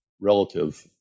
relative